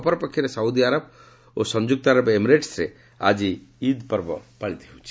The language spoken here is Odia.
ଅପରପକ୍ଷରେ ସାଉଦୀ ଆରବ ଓ ସଂଯୁକ୍ତ ଆରବ ଏମିରେଟ୍ବରେ ଆଜି ଇଦ୍ ପାଳିତ ହେଉଛି